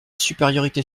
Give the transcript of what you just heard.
supériorité